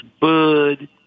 Bud